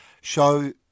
Show